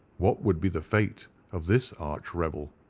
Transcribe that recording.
what would be the fate of this arch rebel.